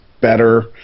better